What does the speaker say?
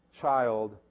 child